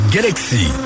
Galaxy